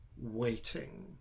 waiting